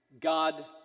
God